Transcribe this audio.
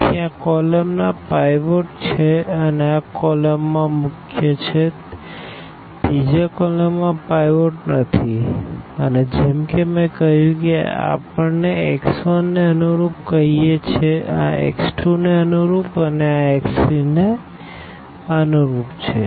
તેથી આ કોલમ ના પાઈવોટ છે આ કોલમ માં મુખ્ય છે ત્રીજા કોલમમાં પાઈવોટ નથી અને જેમકે મેં કહ્યું આ આપણે x1ને અનુરૂપ કહીએ છીએ આ x2ને અનુરૂપ છે અને આ x3ને અનુરૂપ છે